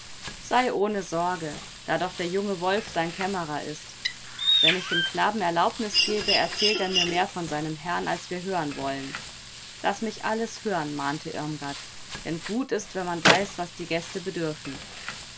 sei ohne sorge da doch der junge wolf sein kämmerer ist wenn ich dem knaben erlaubnis gebe erzählt er mir mehr von seinem herrn als wir hören wollen laß mich alles hören mahnte irmgard denn gut ist wenn man weiß was die gäste bedürfen